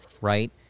right